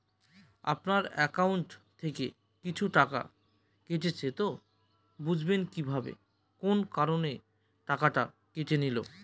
আপনার একাউন্ট থেকে কিছু টাকা কেটেছে তো বুঝবেন কিভাবে কোন কারণে টাকাটা কেটে নিল?